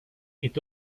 est